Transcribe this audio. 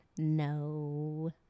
no